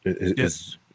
Yes